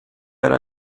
era